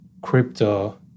crypto